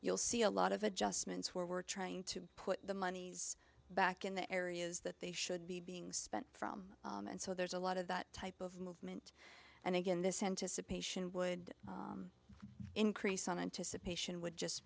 you'll see a lot of adjustments where we're trying to put the monies back in the areas that they should be being spent from and so there's a lot of that type of movement and again this anticipation would increase